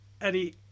Eddie